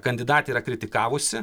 kandidatė yra kritikavusi